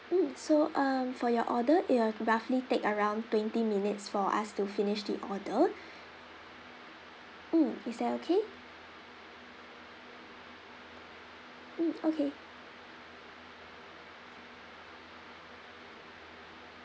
mm so um for your order it'll roughly take around twenty minutes for us to finish the order mm is that okay mm okay